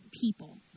people